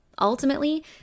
Ultimately